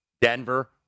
Denver